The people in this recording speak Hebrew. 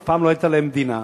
אף פעם לא היתה להם מדינה,